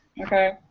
Okay